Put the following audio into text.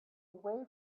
away